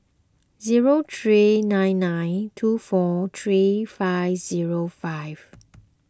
zero three nine nine two four three five zero five